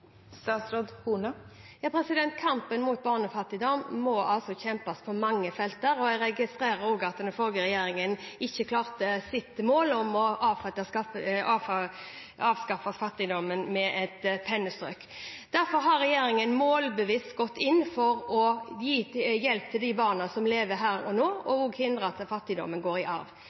Kampen mot barnefattigdom må kjempes på mange felt, og jeg registrerer også at den forrige regjeringen ikke klarte sitt mål om å avskaffe fattigdommen med et pennestrøk. Derfor har regjeringen målbevisst gått inn for å gi hjelp til de barna som lever her og nå, og hindre at fattigdommen går i arv.